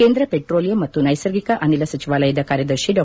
ಕೇಂದ ಪೆಟ್ರೋಲಿಯಂ ಮತ್ತು ನೈಸರ್ಗಿಕ ಅನಿಲ ಸಚಿವಾಲಯದ ಕಾರ್ಯದರ್ಶಿ ಡಾ